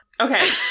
Okay